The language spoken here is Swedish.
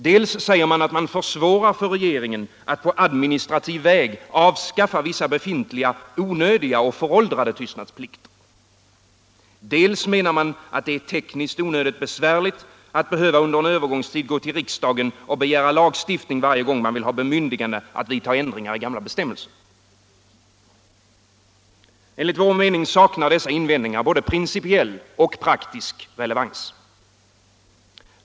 Dels säger man att den försvårar för regeringen att på administrativ väg avskaffa vissa befintliga onödiga och föråldrade tystnadsplikter, dels menar man att det är tekniskt onödigt besvärligt att behöva under en övergångstid gå till riksdagen och begära lagstiftning varje gång man vill ha bemyndigande att vidta ändringar i gamla bestämmelser. Enligt vår mening saknar dessa invändningar både principiell och praktisk relevans.